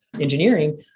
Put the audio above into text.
engineering